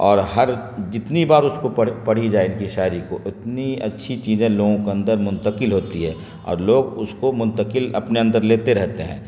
اور ہر جتنی بار اس کو پڑھ پڑھی جائے ان کی شاعری کو اتنی اچھی چیزیں لوگوں کے اندر منتقل ہوتی ہے اور لوگ اس کو منتقل اپنے اندر لیتے رہتے ہیں